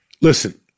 Listen